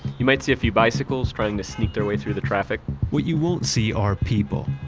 you might see a few bicycles trying to sneak their way through the traffic what you won't see are people.